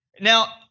Now